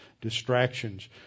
distractions